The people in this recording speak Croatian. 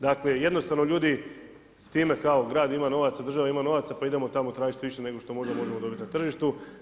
Dakle, jednostavno ljudi s time kao grad ima novaca, država ima novaca, pa idemo tamo tražiti više nego što možda možemo dobiti na tržištu.